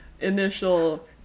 initial